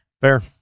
fair